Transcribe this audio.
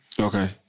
Okay